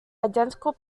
identical